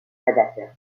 prédateurs